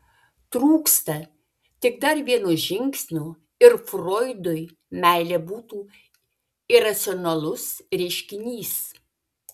trūksta tik dar vieno žingsnio ir froidui meilė būtų iracionalus reiškinys